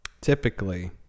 typically